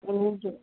हूं